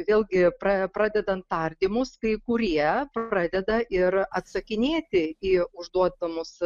vėlgi pra pradedant tardymus kai kurie pradeda ir atsakinėti į užduodamus